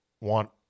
want –